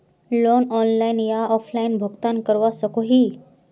Loan online या offline भुगतान करवा सकोहो ही?